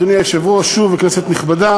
אדוני היושב-ראש, שוב, כנסת נכבדה,